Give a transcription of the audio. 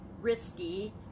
risky